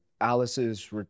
Alice's